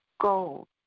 gold